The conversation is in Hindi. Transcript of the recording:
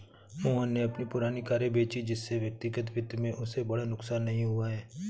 मोहन ने अपनी पुरानी कारें बेची जिससे व्यक्तिगत वित्त में उसे बड़ा नुकसान नहीं हुआ है